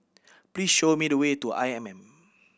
please show me the way to I M M